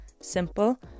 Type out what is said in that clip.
Simple